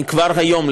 אני כבר היום,